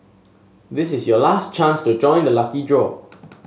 this is your last chance to join the lucky draw